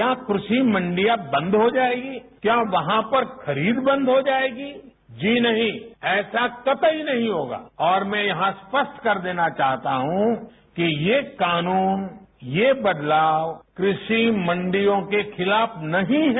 क्या कृषि मंडियां बंद हो जाएगी क्या वहां पर खरीद बंद हो जाएगी जी नहीं ऐसा कतई नहीं होगा और मैं यहां स्पष्ट कर देना चाहता हूं कि ये कानून ये बदलाव कृषि मंडियों के खिलाफ नहीं है